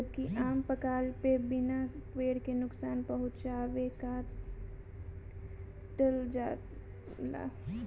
जबकि आम पकला पे बिना पेड़ के नुकसान पहुंचवले काटल जाला